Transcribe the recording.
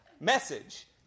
message